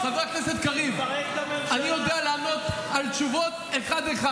חבר הכנסת קריב, אני יודע לענות על שאלות אחת-אחת.